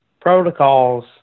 protocols